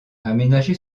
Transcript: aménagé